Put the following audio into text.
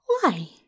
Why